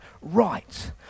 right